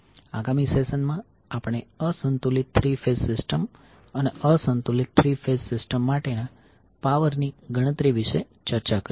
આગામી સેશનમાં આપણે અસંતુલિત થ્રી ફેઝ સિસ્ટમ અને અસંતુલિત થ્રી ફેઝ સિસ્ટમ માટેના પાવરની ગણતરી વિશે ચર્ચા કરીશું